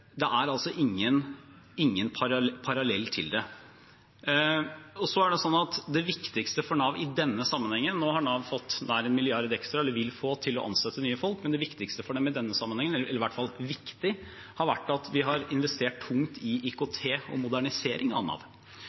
Det er ingen parallell til det. Nå har Nav fått nær 1 mrd. kr ekstra, eller vil få, til å ansette nye folk, men det viktigste for dem i denne sammenhengen – eller i hvert fall viktig – har vært at de har investert tungt i IKT og modernisering av Nav.